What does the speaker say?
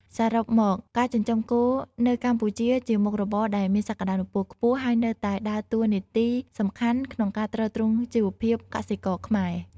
សរុបមក ការចិញ្ចឹមគោនៅកម្ពុជាជាមុខរបរដែលមានសក្តានុពលខ្ពស់ ហើយនៅតែដើរតួនាទីសំខាន់ក្នុងការទ្រទ្រង់ជីវភាពកសិករខ្មែរ។